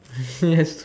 yes